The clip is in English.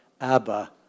Abba